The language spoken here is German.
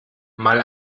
mal